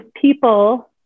people